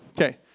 Okay